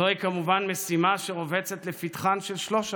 זוהי, כמובן, משימה שרובצת לפתחן של שלוש הרשויות,